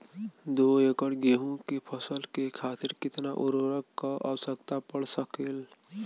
दो एकड़ गेहूँ के फसल के खातीर कितना उर्वरक क आवश्यकता पड़ सकेल?